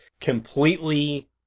completely